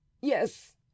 Yes